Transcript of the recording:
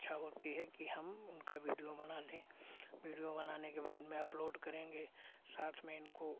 इच्छा रहती है कि हम उनका वीडियो बना लें वीडियो बनाने के बाद हम अपलोड करेंगे साथ में इनको